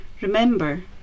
Remember